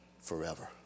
forever